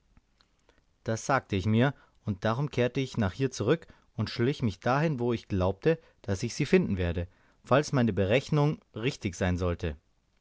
das sagte ich mir und darum kehrte ich nach hier zurück und schlich mich dahin wo ich glaubte daß ich sie finden werde falls meine berechnung richtig sein sollte